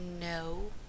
no